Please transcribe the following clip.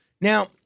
Now—